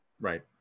Right